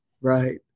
Right